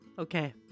Okay